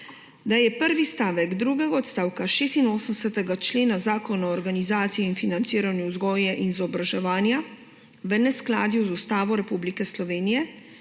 da je prvi stavek drugega odstavka 86. člena Zakona o organizaciji in financiranju vzgoje in izobraževanja v neskladju z Ustavo Republike Slovenije,